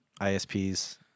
ISPs